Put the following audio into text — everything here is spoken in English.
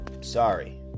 sorry